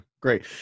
great